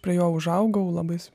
prie jo užaugau labai